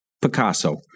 Picasso